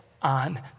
on